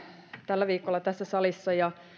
tällä viikolla tässä salissa ja